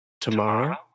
Tomorrow